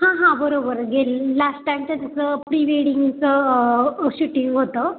हां हां बरोबर गेली लास टाईम त्यांचं प्री वेडिंगचं शूटिंग होतं